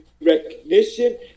recognition